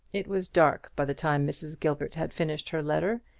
it was dark by the time mrs. gilbert had finished her letter,